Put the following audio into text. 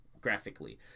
graphically